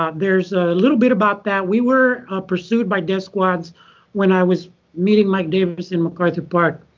um there's a little bit about that. we were pursued by death squads when i was meeting mike davis in macarthur park.